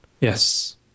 Yes